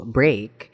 break